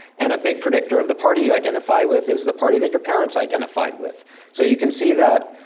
and a big predictor of the party you identify with is the party that your parents identified with. so you can see that,